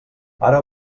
ara